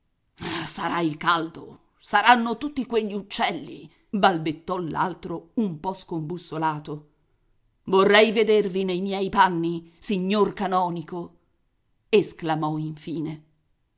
sarà il caldo saranno tutti quegli uccelli balbettò l'altro un po scombussolato vorrei vedervi nei miei panni signor canonico esclamò infine